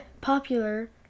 popular